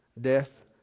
death